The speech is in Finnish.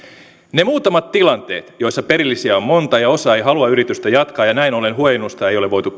ne muutamat tilanteet joissa perillisiä on monta ja osa ei halua yritystä jatkaa ja näin ollen huojennusta ei ole voitu